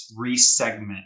resegment